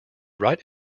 right